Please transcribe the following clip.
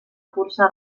cursa